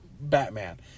Batman